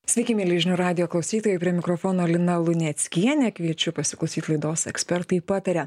sveiki mieli žinių radijo klausytojai prie mikrofono lina luneckienė kviečiu pasiklausyti laidos ekspertai pataria